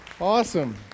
Awesome